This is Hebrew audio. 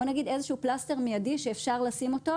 בוא נגיד איזשהו פלסטר מיידי שאפשר לשים אותו,